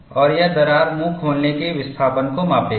और यह दरार मुंह खोलने के विस्थापन को मापेगा